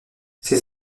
ses